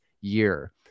year